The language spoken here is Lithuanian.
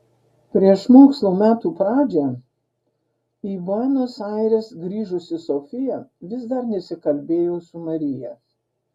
prieš mokslo metų pradžią į buenos aires grįžusi sofija vis dar nesikalbėjo su marija